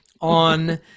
on